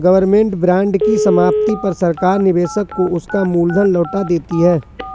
government bond की समाप्ति पर सरकार निवेशक को उसका मूल धन लौटा देती है